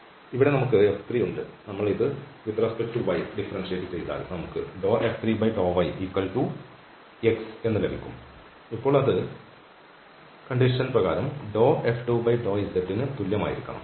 അതിൽ ഇവിടെ നമുക്ക് F3 ഉണ്ട് നമ്മൾ ഇത് y യുമായി ബന്ധപ്പെട്ട് ഡിഫറൻഷ്യേറ്റ് ചെയ്താൽ നമുക്ക് F3∂yx ലഭിക്കും ഇപ്പോൾ അത് കണ്ടീഷൻ പ്രകാരം F2∂z ന് തുല്യമായിരിക്കണം